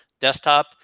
desktop